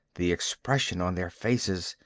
the expression on their faces,